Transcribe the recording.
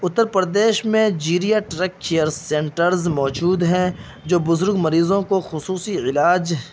اتّر پردیش میں geriatric care centres موجود ہیں جو بزرگ مریضوں کو خصوصی علاج